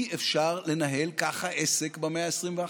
אי-אפשר לנהל ככה עסק במאה ה-21.